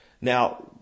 Now